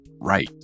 right